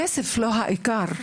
הכסף הוא לא העיקר,